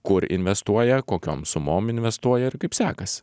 kur investuoja kokiom sumom investuoja ir kaip sekasi